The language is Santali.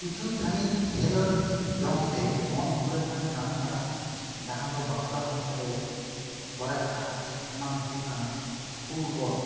ᱠᱤᱪᱷᱩ ᱛᱷᱟᱱᱤᱛ ᱠᱷᱮᱞᱳᱰ ᱡᱚᱝ ᱥᱮ ᱢᱚᱱ ᱦᱩᱞᱟᱹᱥᱟᱱ ᱠᱟᱹᱢᱤ ᱦᱚᱨᱟ ᱢᱟᱦᱟᱸ ᱫᱚ ᱵᱟᱸᱠᱩᱲᱟ ᱦᱚᱱᱚᱛ ᱨᱮ ᱥᱚᱨᱮᱥᱟ ᱚᱱᱟ ᱫᱚ ᱦᱩᱭᱩᱜ ᱠᱟᱱᱟ ᱯᱷᱩᱴᱵᱚᱞ